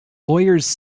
lawyers